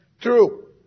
True